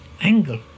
angle